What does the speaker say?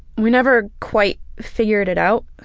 we never quite figured it out,